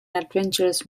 adventurous